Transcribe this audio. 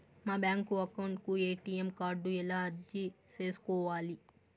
మా bank account కు ATM card ఎలా అర్జీ సేసుకోవాలి?